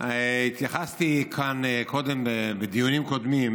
התייחסתי כאן קודם בדיונים קודמים